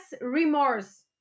remorse